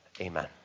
Amen